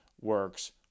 works